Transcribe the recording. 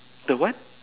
the what